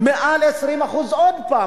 מעל 20% עוד פעם.